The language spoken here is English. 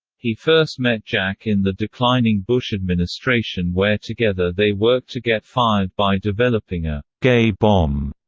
he first met jack in the declining bush administration where together they worked to get fired by developing a gay bomb.